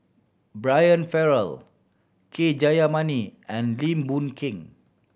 Brian Farrell K Jayamani and Lim Boon Keng